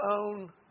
own